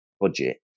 budget